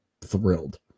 thrilled